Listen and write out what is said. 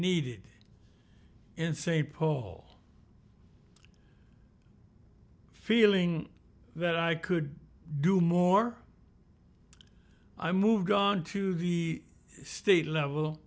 needed in st paul feeling that i could do more i moved on to the state level